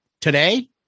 Today